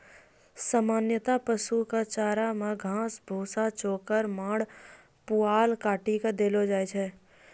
सामान्यतया पशु कॅ चारा मॅ घास, भूसा, चोकर, माड़, पुआल काटी कॅ देलो जाय छै